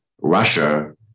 Russia